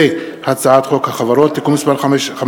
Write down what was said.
והצעת חוק החברות (תיקון מס' 15)